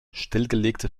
stillgelegte